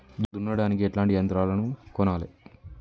దున్నడానికి ఎట్లాంటి యంత్రాలను కొనాలే?